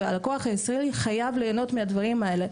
והלקוח הישראלי חייב להנות מהדברים האלה.